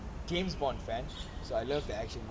james bond fans so I love the action movies